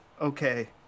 Okay